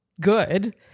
good